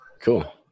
Cool